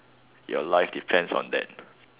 your life depends on that